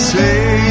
say